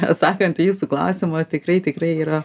atsakant jūsų klausimą tikrai tikrai yra